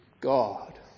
God